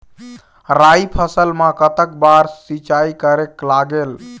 राई फसल मा कतक बार सिचाई करेक लागेल?